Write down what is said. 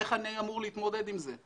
איך אני אמור להתמודד עם זה?